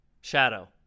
shadow